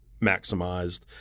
maximized